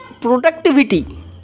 productivity